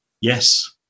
Yes